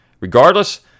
Regardless